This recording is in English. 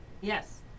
Yes